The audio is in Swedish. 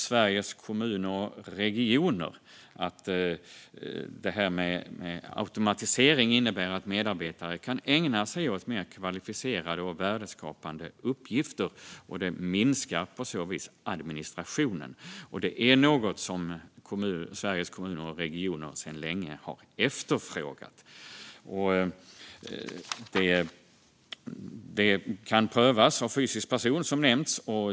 Sveriges Kommuner och Regioner konstaterar också att automatisering innebär att medarbetare kan ägna sig åt mer kvalificerade och värdeskapande uppgifter. Det minskar på så vis administrationen. Det är något som Sveriges Kommuner och Regioner sedan länge har efterfrågat. Det kan prövas av fysisk person, som nämnts.